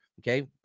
okay